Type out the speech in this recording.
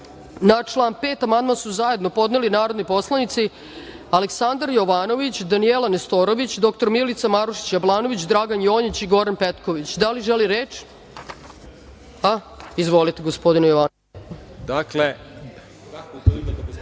član 5. amandman su zajedno podneli narodni poslanici Aleksandar Jovanović, Danijela Nestorović, dr Milica Marušić Jablanović, Dragan Jonjić i Goran Petković. Da li neko želi reč? Izvolite, gospodine Jovanović.